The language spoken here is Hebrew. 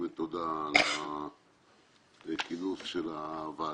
באמת תודה על הכינוס של הוועדה